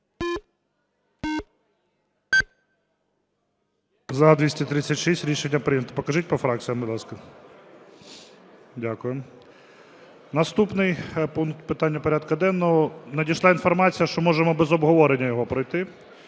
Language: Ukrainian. За-236 Рішення прийнято. Покажіть по фракціях, будь ласка. Дякую. Наступний пункт питання порядку денного. Надійшла інформація, що можемо без обговорення його пройти.